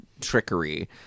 trickery